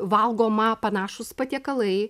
valgoma panašūs patiekalai